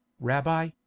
rabbi